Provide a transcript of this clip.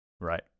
Right